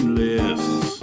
lists